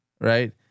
right